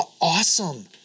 awesome